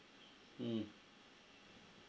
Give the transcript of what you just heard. mm